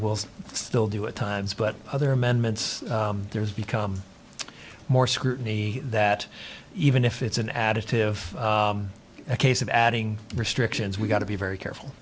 will still do at times but other amendments there's become more scrutiny that even if it's an additive case of adding restrictions we've got to be very careful